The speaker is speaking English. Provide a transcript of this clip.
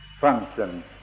function